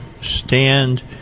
stand